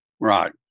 right